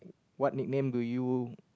what nickname do you